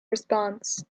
response